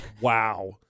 Wow